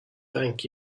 thank